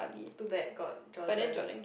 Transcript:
too bad got Jordan